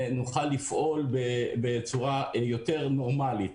ונוכל לפעול בצורה יותר נורמלית.